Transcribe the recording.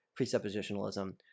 presuppositionalism